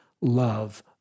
love